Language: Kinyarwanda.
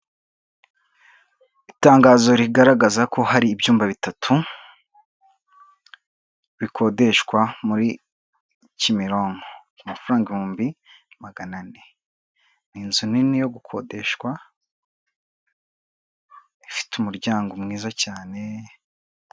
Itangazo rigaragaza ko hari ibyumba bitatu bikodeshwa muri Kimironko amafaranga ibihumbi magana ane, ni inzu nini yo gukodeshwa ifite umuryango mwiza cyane...